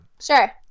Sure